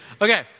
Okay